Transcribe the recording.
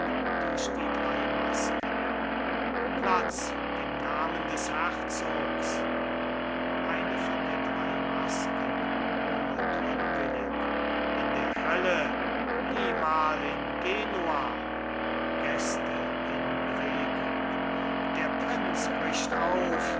durch die drei masken platz dem namen des herzogs eine von den drei masken murmelt unwillig in der hölle niemal in genua gäste in bewegung der prinz bricht auf